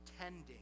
tending